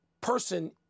person